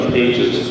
pages